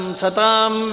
satam